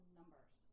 numbers